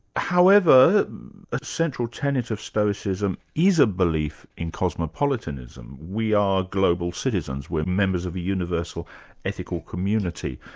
however, a central tenet of stoicism is a belief in cosmopolitanism. we are global citizens, we're members of the universal ethical community.